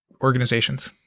organizations